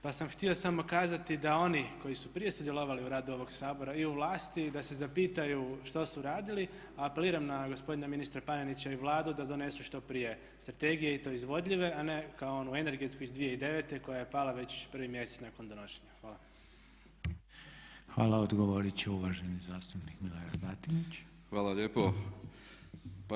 Pa sam htio samo kazati da oni koji su prije sudjelovali u radu ovog Sabora i u vlasti da se zapitaju što su radili a apeliram na gospodina ministra Paninića i Vladu da donesu što prije strategije i to izvodljive a ne kao onu energetsku iz 2009. koja je pala već prvi mjesec nakon donošenja.